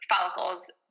follicles